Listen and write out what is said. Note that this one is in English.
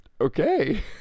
Okay